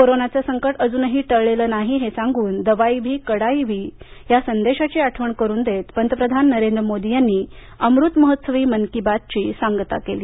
कोरोनाच संकट अजूनही टळलेलं नाही हे सांगून दवाई भी कडाई भी या संदेशाची आठवण करून देत पंतप्रधान नरेंद्र मोदी यांनी आजच्या अमृत महोत्सवी मन की बात ची सांगता केली